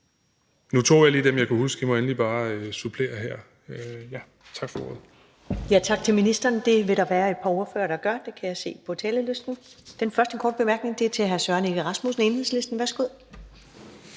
nu tog jeg lige dem, som jeg kunne huske. I må endelig bare supplere her. Tak for ordet. Kl. 14:51 Første næstformand (Karen Ellemann): Tak til ministeren. Det vil der være et par ordførere der gør, det kan jeg se på talerlisten. Den første korte bemærkning er fra hr. Søren Egge Rasmussen, Enhedslisten. Værsgo.